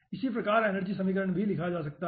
इसी प्रकार एनर्जी समीकरण भी लिखा जा सकता है